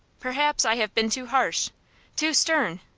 perhaps i have been too harsh too stern!